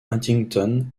huntington